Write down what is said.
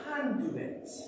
conduit